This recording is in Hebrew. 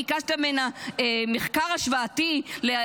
מחקר השוואתי -- כן,